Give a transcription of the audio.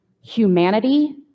humanity